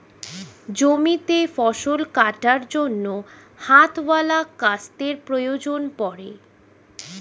জমিতে ফসল কাটার জন্য হাতওয়ালা কাস্তের প্রয়োজন পড়ে